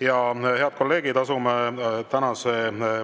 Head kolleegid! Asume tänase